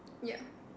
ya